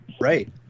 Right